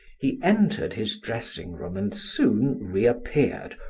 he entered his dressing-room and soon reappeared,